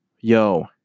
Yo